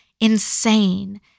insane